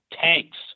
tanks